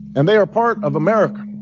and they are part of america,